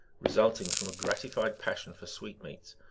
resulting from a gratified passion for sweetmeats,